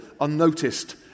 unnoticed